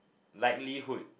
likelihood